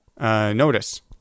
notice